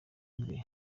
bwe